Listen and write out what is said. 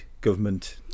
government